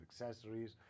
accessories